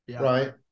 right